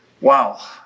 Wow